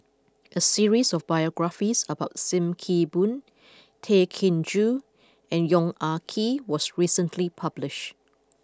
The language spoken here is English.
a series of biographies about Sim Kee Boon Tay Chin Joo and Yong Ah Kee was recently published